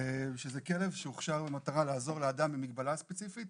שזה כלב שהוכשר במטרה לעזור לאדם עם מגבלה ספציפית